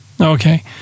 Okay